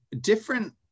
different